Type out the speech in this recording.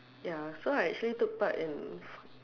ya so I actually took part in